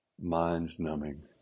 mind-numbing